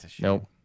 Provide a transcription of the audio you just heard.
Nope